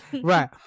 Right